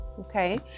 okay